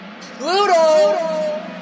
Pluto